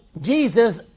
Jesus